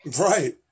Right